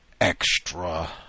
Extra